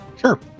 Sure